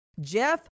Jeff